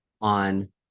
on